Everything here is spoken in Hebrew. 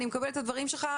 אני מקבלת את הדברים שלך,